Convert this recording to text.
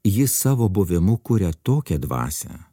jis savo buvimu kuria tokią dvasią